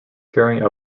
carrying